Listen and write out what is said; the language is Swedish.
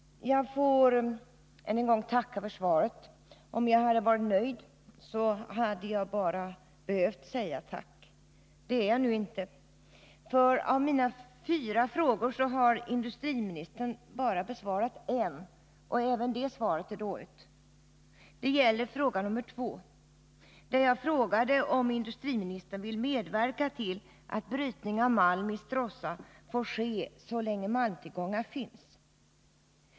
Jag får än en gång tacka för svaret. Om jag hade varit nöjd med det, hade jag inte behövt säga mer än tack. Det är jag nu inte, för av mina fyra frågor har industriministern endast besvarat en, och detta enda svar är ett dåligt svar. Det gäller fråga nr 2 i min interpellation, om industriministern vill medverka till att brytning av malm i Stråssa får ske så länge malmtillgångar finns.